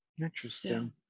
Interesting